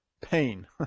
pain